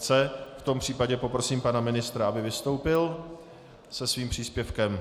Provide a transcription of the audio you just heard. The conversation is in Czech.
V tom případě poprosím pana ministra, aby vystoupil se svým příspěvkem.